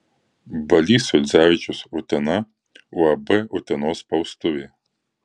balys juodzevičius utena uab utenos spaustuvė